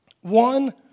One